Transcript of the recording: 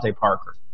Parker